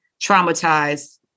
traumatized